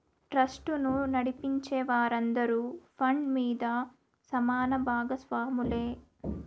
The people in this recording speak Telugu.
ట్రస్టును నడిపించే వారందరూ ఫండ్ మీద సమాన బాగస్వాములే